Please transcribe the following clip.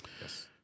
Yes